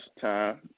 time